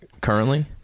currently